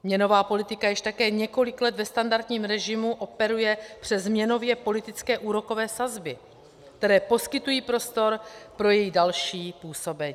Měnová politika již také několik let ve standardním režimu operuje přes měnověpolitické úrokové sazby, které poskytují prostor pro její další působení.